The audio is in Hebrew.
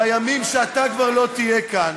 בימים שאתה כבר לא תהיה כאן,